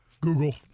Google